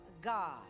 God